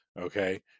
okay